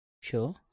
Sure